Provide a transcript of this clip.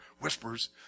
whispers